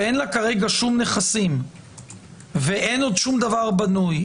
שאין לה כרגע שום נכסים ואין עוד שום דבר בנוי,